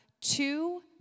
two